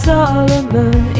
Solomon